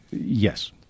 Yes